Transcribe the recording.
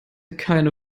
keine